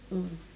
mm